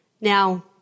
Now